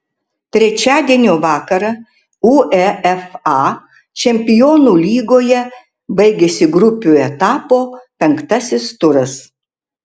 trečiadienio vakarą uefa čempionų lygoje baigėsi grupių etapo penktasis turas